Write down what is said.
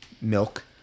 milk